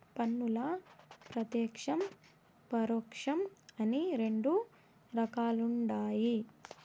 పన్నుల్ల ప్రత్యేక్షం, పరోక్షం అని రెండు రకాలుండాయి